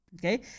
okay